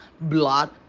blood